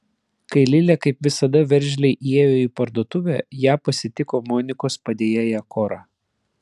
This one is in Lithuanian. kai lilė kaip visada veržliai įėjo į parduotuvę ją pasitiko monikos padėjėja kora